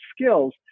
skills